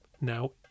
now